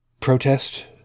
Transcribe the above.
Protest